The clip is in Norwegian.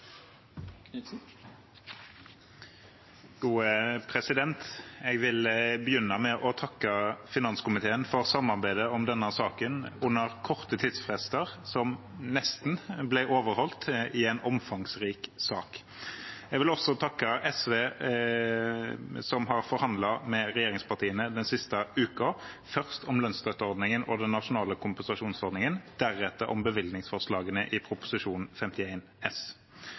Jeg vil begynne med å takke finanskomiteen for samarbeidet om denne saken, med korte tidsfrister, som nesten ble overholdt i en omfangsrik sak. Jeg vil også takke SV, som har forhandlet med regjeringspartiene den siste uken – først om lønnsstøtteordningen og den nasjonale kompensasjonsordningen, deretter om bevilgningsforslagene i Prop. 51 S.